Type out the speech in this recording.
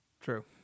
True